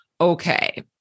okay